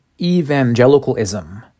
evangelicalism